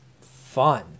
fun